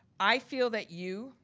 i feel that you,